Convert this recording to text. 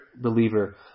believer